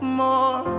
more